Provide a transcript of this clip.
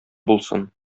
булсын